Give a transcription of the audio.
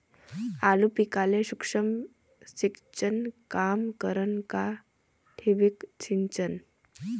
आलू पिकाले सूक्ष्म सिंचन काम करन का ठिबक सिंचन?